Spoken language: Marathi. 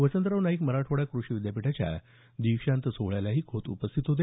वसंतराव नाईक मराठवाडा कृषी विद्यापीठाच्या दीक्षांत सोहळ्यालाही खोत उपस्थित होते